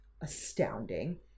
astounding